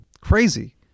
Crazy